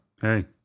Hey